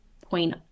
point